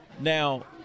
Now